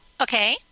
Okay